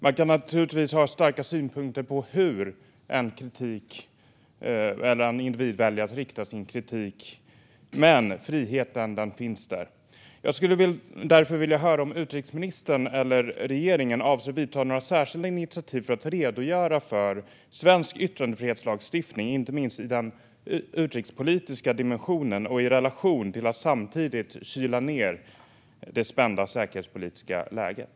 Man kan naturligtvis ha starka synpunkter på hur en individ väljer att rikta sin kritik, men friheten finns där. Jag skulle därför vilja höra om utrikesministern eller regeringen avser att ta några särskilda initiativ för att redogöra för svensk yttrandefrihetslagstiftning, inte minst i den utrikespolitiska dimensionen och i relation till att samtidigt kyla ned det spända säkerhetspolitiska läget.